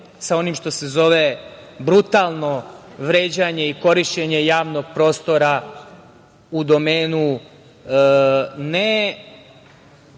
sa onim što se zove brutalno vređanje i korišćenje javnog prostora u domenu ne,